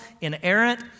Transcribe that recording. inerrant